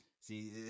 See